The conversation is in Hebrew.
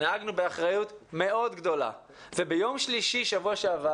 נהגנו באחריות מאוד גדולה וביום שלישי בשבוע שעבר